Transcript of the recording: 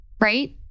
right